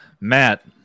Matt